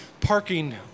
parking